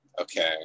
Okay